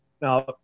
Now